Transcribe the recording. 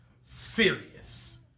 serious